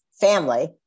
family